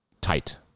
tight